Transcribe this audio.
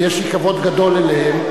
ויש לי כבוד גדול אליהם,